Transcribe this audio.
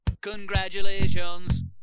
Congratulations